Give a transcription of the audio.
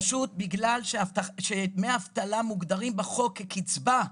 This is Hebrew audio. בגלל שדמי אבטלה מוגדרים בחוק כקצבה,